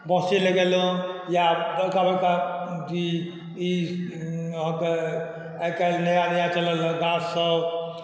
बाँसे लगेलहुँ या बड़का बड़का ई अहाँके आइकाल्हि नया नया चलल हँ गाछसब